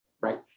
right